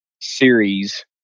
series